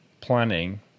planning